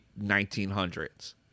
1900s